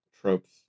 tropes